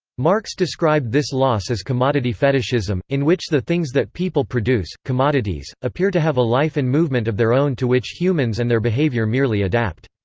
marx described this loss as commodity fetishism, in which the things that people produce, commodities, appear to have a life and movement of their own to which humans and their behaviour merely adapt.